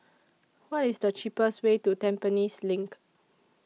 What IS The cheapest Way to Tampines LINK